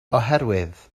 oherwydd